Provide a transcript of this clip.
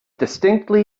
distinctly